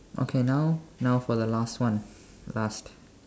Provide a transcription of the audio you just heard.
okay now now for the last one last